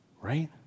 right